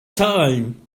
zahlen